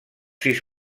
sis